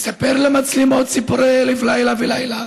מספר למצלמות סיפורי אלף לילה ולילה